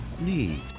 need